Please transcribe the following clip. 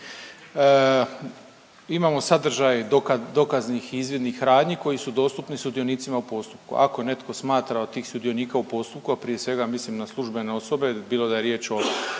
imamo sadržaj dokad… dokaznih i izvidnih radnji koji su dostupni sudionicima u postupku. Ako netko smatra od tih sudionika u postupku, a prije svega mislim na službene osobe bilo da je riječ o